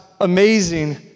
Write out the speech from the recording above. amazing